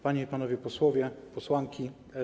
Panie i Panowie Posłowie, Posłanki!